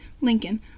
Lincoln